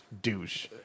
douche